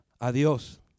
Adios